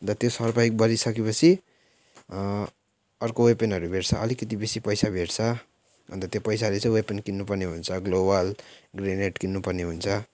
अन्त त्यो सर्भाइभ गरिसके पछि अर्को वेपनहरू भेट्छ अलिकिति बेसी पैसा भेट्छ अन्त त्यो पैसाले चाहिँ वेपन किन्नु पर्ने हुन्छ ग्लोवाल ग्रेनेड किन्नु पर्ने हुन्छ